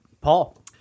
Paul